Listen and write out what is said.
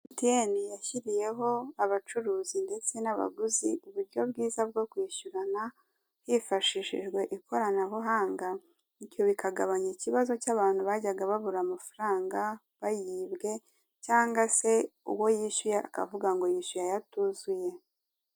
Emutiyeni yashyiriyeho abacuruzi ndetse n'abaguzi uburyo bwiza bwo kwishyurana hifashishijwe ikoranabuhanga bityo bikagabanya ikibazo cy'abantu bajyaga babura amafaranga bayibwe cyangwa se uwo yishyuye akavuga ngo yishuye ayatuzuye.